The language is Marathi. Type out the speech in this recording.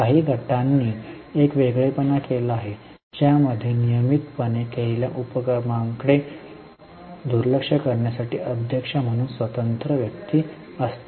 काही गटांनी एक वेगळेपणा केला आहे ज्यामध्ये नियमितपणे केलेल्या उपक्रमांकडे दुर्लक्ष करण्यासाठी अध्यक्ष म्हणून स्वतंत्र व्यक्ती असते